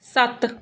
ਸੱਤ